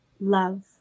Love